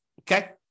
Okay